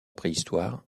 préhistoire